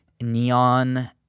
neon